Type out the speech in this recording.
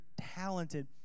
talented